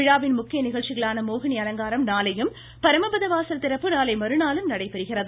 விழாவின் முக்கிய நிகழ்ச்சிகளான மோகினி அலங்காரம் நாளையும் பரமபத வாசல் திறப்பு நாளை மறுநாளும் நடைபெறுகிறது